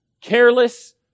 careless